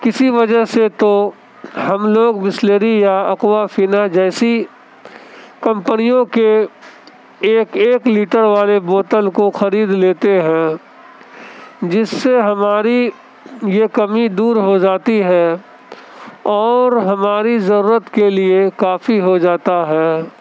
کسی وجہ سے تو ہم لوگ بسلیری یا اکوافینا جیسی کمپنیوں کے ایک ایک لیٹر والے بوتل کو خرید لیتے ہیں جس سے ہماری یہ کمی دور ہو جاتی ہے اور ہماری ضرورت کے لیے کافی ہو جاتا ہے